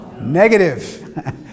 Negative